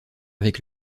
avec